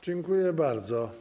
Dziękuję bardzo.